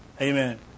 Amen